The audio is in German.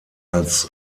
als